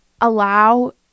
allow